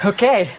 Okay